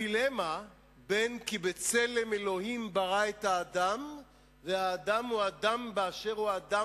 הדילמה בין "כי בצלם אלוהים ברא את האדם" והאדם הוא אדם באשר הוא אדם,